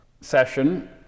session